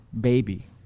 baby